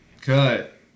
cut